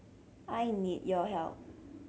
I need your help